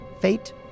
fate